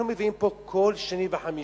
אנחנו מביאים פה כל שני וחמישי